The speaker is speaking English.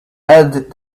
add